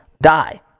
die